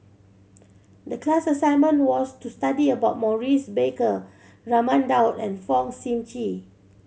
the class assignment was to study about Maurice Baker Raman Daud and Fong Sip Chee